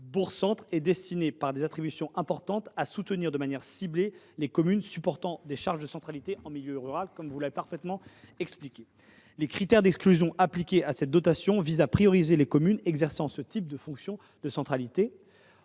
bourg centre, est destinée, par des attributions importantes, à soutenir de manière ciblée les communes supportant des charges de centralité en milieu rural. Les critères d’exclusion appliqués à cette dotation visent à prioriser les communes exerçant ce type de fonction de centralité.